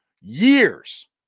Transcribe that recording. years